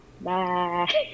Bye